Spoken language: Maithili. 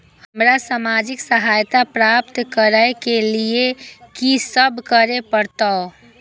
हमरा सामाजिक सहायता प्राप्त करय के लिए की सब करे परतै?